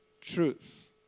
truth